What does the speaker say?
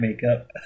makeup